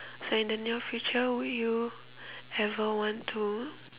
so in the near future would you ever want to